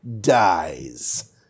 dies